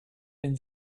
been